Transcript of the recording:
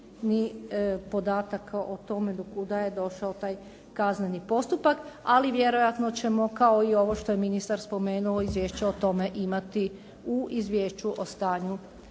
ni podataka o tome do kuda je došao taj kazneni postupak, ali vjerojatno ćemo kao i ovo što je ministar spomenuo izvješće o tome imati u izvješću o stanju